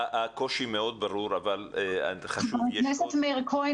הקושי הוא מאוד ברור --- חבר הכנסת כהן,